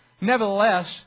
Nevertheless